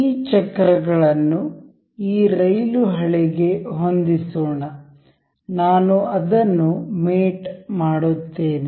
ಈ ಚಕ್ರಗಳನ್ನು ಈ ರೈಲು ಹಳಿಗೆ ಹೊಂದಿಸೋಣ ನಾನು ಅದನ್ನು ಮೇಟ್ ಮಾಡುತ್ತೇನೆ